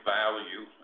value